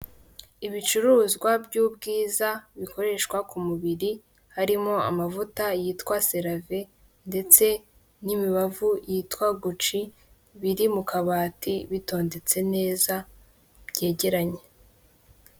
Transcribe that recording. Ibicuruzwa by'ubwiza bikoreshwa ku mubiri harimo amavuta yitwa Selave ndetse n'imibavu yitwa Guci. Biri mu kabati bitondetse neza, byegeranye.